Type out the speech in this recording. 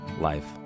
life